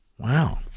Wow